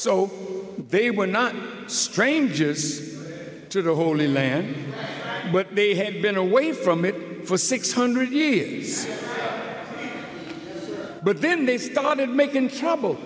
so they were not strangers to the holy man but they had been away from it for six hundred years but then they started making trouble